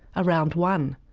around one,